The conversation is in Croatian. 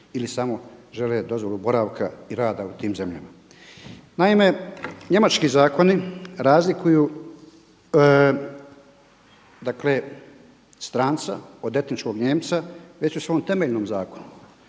ili samo žele dozvolu boravka i rada u tim zemljama. Naime, njemački zakoni razlikuju stranca od etičnog Nijemca već u svom temeljnom zakonu.